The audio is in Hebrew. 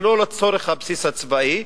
שלא לצורך הבסיס הצבאי,